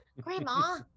Grandma